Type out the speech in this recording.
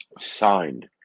signed